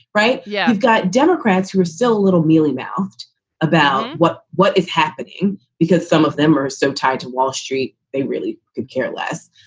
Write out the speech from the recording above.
right. yeah. i've got democrats who are still a little mealy mouthed about what what is happening because some of them are so tied to wall street, they really could care less.